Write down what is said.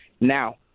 Now